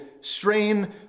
strain